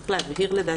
צריך להבהיר את הנוסח.